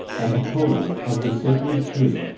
and colan of the sacred tree,